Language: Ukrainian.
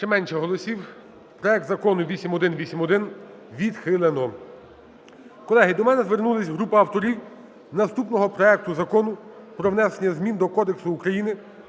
Ще менше голосів. Проект Закону 8181 відхилено. Колеги, до мене звернулась група авторів наступного проекту Закону про внесення змін до Кодексу України